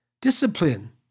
discipline